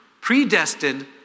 predestined